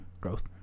growth